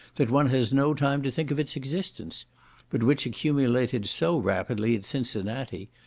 that one has no time to think of its existence but which accumulated so rapidly at cincinnati,